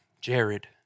Jared